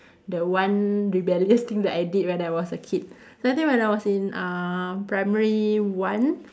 the one rebellious thing that I did when I was a kid so that time when I was in uh primary one